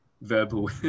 verbal